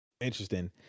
Interesting